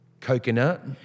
Coconut